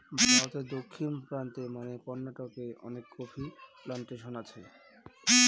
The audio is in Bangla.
ভারতে দক্ষিণ প্রান্তে মানে কর্নাটকে অনেক কফি প্লানটেশন আছে